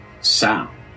sound